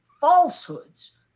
falsehoods